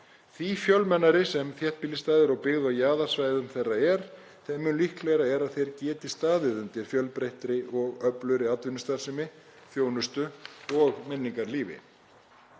Því fjölmennari sem þéttbýlisstaðir og byggð á jaðarsvæðum þeirra er, þeim mun líklegra er að þeir geti staðið undir fjölbreyttri og öflugri atvinnustarfsemi, þjónustu og menningarlífi.